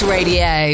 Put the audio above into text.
Radio